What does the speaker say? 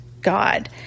God